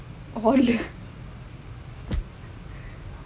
collar